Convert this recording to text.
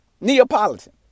neapolitan